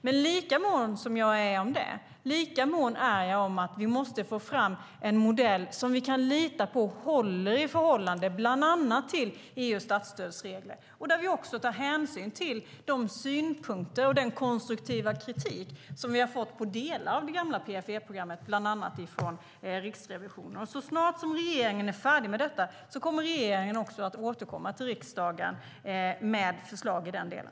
Men lika mån som jag är om det, lika mån är jag om att vi måste få fram en modell som vi kan lita på håller i förhållande bland annat till EU:s statsstödsregler. Då ska vi också ta hänsyn till de synpunkter och den konstruktiva kritik som vi fått på delar av det gamla PFE-programmet, bland annat från Riksrevisionen. Så snart regeringen är färdig med det kommer vi att återkomma till riksdagen med förslag i den delen.